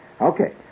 Okay